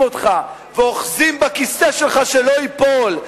אותך ואוחזים בכיסא שלך שלא ייפול,